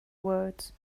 words